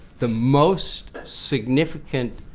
the most significant